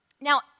Now